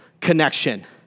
connection